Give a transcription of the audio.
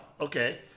Okay